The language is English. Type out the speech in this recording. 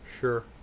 Sure